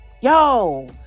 Yo